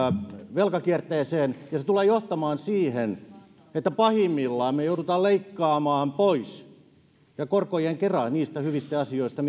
velkakierteeseen ja se tulee johtamaan siihen että pahimmillaan me joudumme leikkaamaan pois ja korkojen kera niistä hyvistä asioista